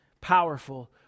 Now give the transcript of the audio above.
powerful